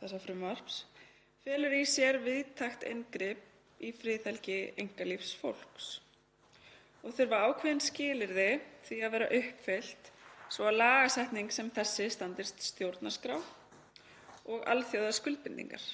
þessa frumvarps — „felur í sér víðtækt inngrip í friðhelgi einkalífs fólks og þurfa ákveðin skilyrði því að vera uppfyllt svo lagasetning sem þessi standist stjórnarskrá og alþjóðaskuldbindingar.“